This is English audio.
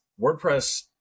WordPress